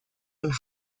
und